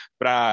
para